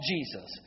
Jesus